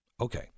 Okay